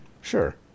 Sure